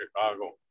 Chicago